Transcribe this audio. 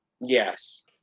Yes